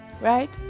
Right